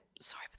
Sorry